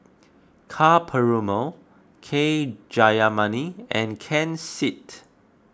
Ka Perumal K Jayamani and Ken Seet